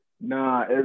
Nah